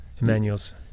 Emmanuel's